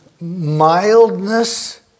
mildness